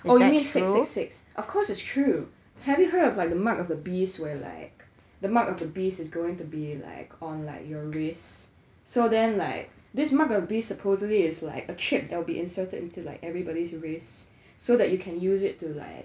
oh you mean six six six of course it's true have you heard of like the mark of the beast where like the mark of the beast is going to be like on like your wrist so then like this mark of beast supposedly is like a chip that'll be inserted into like everybody's wrist so that you can use it to like